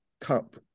Cup